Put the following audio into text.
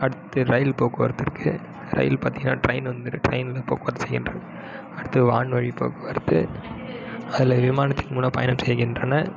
அடுத்து ரயில் போக்குவரத்து இருக்குது ரயில் பார்த்தீங்கனா ட்ரெயின் வந்து ட்ரெயின் போக்குவரத்து செய்கின்றன அடுத்து வான் வழி போக்குவரத்து அதில் விமானத்தின் மூலம் பயணம் செய்கின்றன